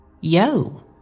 Yo